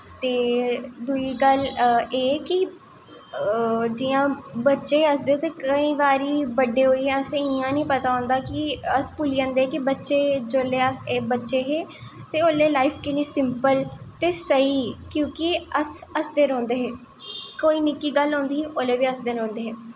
ते दुई गल्ल एह् कि बच्चे हसदे ते केंई बारी बड्डे होईयै अस भुल्ली जंदे कि अस बच्चे जिसलै अस बच्चे हे ते ओल्लै लाइफ किन्नी सिंपल स्हेई ही क्योंकि अस हसदे रौंह्दे हे कोई निक्की गल्ल होंदी ही उसलै बी हसदे रौंह्दे हे